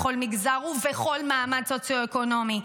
בכל מגזר ובכל מעמד סוציו-אקונומי,